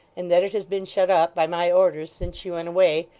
and that it has been shut up, by my orders, since she went away,